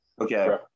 Okay